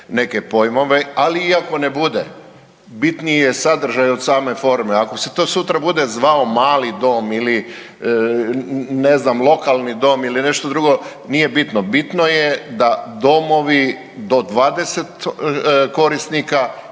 neke pojmove, ali ako i ne bude bitniji je sadržaj od same forme. Ako se to sutra zvao mali dom ili ne znam lokalni dom ili nešto drugo, nije bitno, bitno je da domovi do 20 korisnika